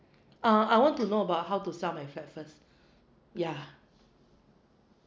uh I want to know about how to sell my flat first yeah